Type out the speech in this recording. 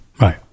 Right